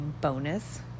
bonus